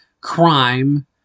crime